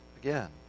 again